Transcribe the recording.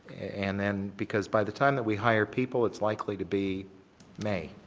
and then because by the time that we hire people it's likely to be may.